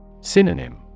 Synonym